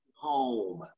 home